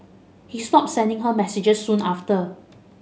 he stopped sending her messages soon after